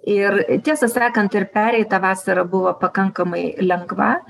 ir tiesą sakant ir pereita vasara buvo pakankamai lengva